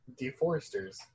deforesters